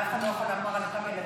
הרי אף אחד לא יכול לומר על אותם ילדים